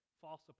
false